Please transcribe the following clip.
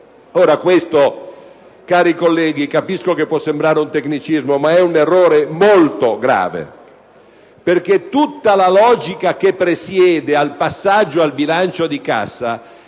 Ora, cari colleghi, capisco che questo può sembrare un tecnicismo, ma è un errore molto, grave perché tutta la logica che presiede al passaggio al bilancio di cassa